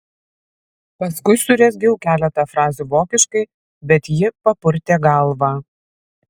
paskui surezgiau keletą frazių vokiškai bet ji papurtė galvą